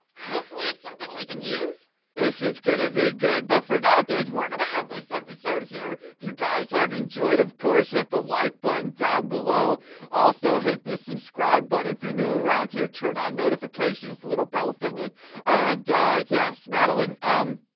hopefully, it's something we can use this is going to be good but for not dudes. we're going to end this episode here you guys have enjoyed of course hit the like button down below also hit the subscribe button but if you're new around here turn on notifications the little bell thingy and yes, madeline um